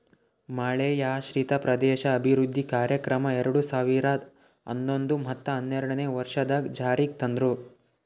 ಮಳೆಯಾಶ್ರಿತ ಪ್ರದೇಶ ಅಭಿವೃದ್ಧಿ ಕಾರ್ಯಕ್ರಮ ಎರಡು ಸಾವಿರ ಹನ್ನೊಂದು ಮತ್ತ ಹನ್ನೆರಡನೇ ವರ್ಷದಾಗ್ ಜಾರಿಗ್ ತಂದ್ರು